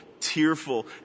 tearful